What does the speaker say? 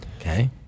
okay